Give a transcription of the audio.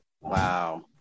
Wow